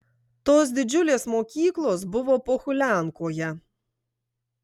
tos didžiulės mokyklos buvo pohuliankoje